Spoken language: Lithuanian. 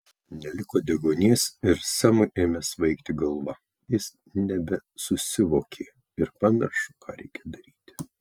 neliko deguonies ir semui ėmė svaigti galva jis nebesusivokė ir pamiršo ką reikia daryti